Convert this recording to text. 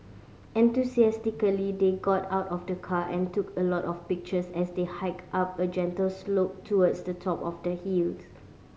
enthusiastically they got out of the car and took a lot of pictures as they hiked up a gentle slope towards the top of the hills